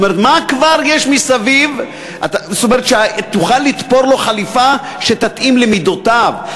מה כבר יש מסביב שתוכל לתפור לו חליפה שתתאים למידותיו?